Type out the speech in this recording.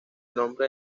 nombre